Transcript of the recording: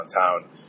downtown